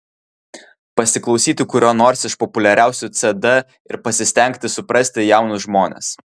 pasiklausyti kurio nors iš populiariausių cd ir pasistengti suprasti jaunus žmones